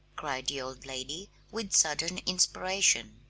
cried the old lady, with sudden inspiration.